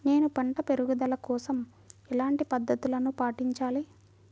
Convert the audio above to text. నేను పంట పెరుగుదల కోసం ఎలాంటి పద్దతులను పాటించాలి?